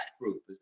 group